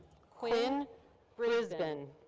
quinn brisbon.